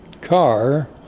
car